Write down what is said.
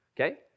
okay